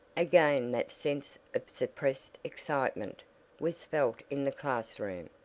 again that sense of suppressed excitement was felt in the class room.